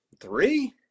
Three